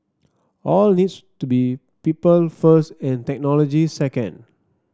all needs to be people first and technology second